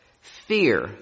fear